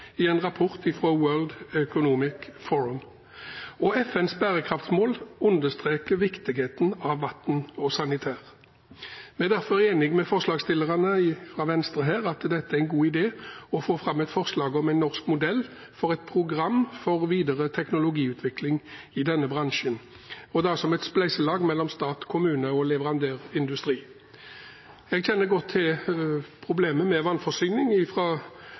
i en rapport fra World Economic Forum. Og FNs bærekraftsmål understreker viktigheten av vann og sanitær. Vi er derfor enig med forslagsstillerne fra Venstre i at det er en god idé å få fram et forslag om en norsk modell for et program for videre teknologiutvikling i denne bransjen, og da som et spleiselag mellom stat, kommune og leverandørindustri. Vi kjenner godt til problemet med vannforsyning og de utfordringene og kostnadene som ligger i det, fra